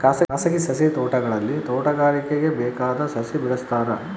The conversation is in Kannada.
ಖಾಸಗಿ ಸಸಿ ತೋಟಗಳಲ್ಲಿ ತೋಟಗಾರಿಕೆಗೆ ಬೇಕಾದ ಸಸಿ ಬೆಳೆಸ್ತಾರ